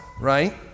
right